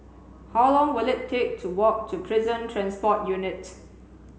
how long will it take to walk to Prison Transport Unit